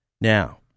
Now